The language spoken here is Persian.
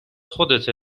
خودته